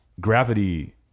gravity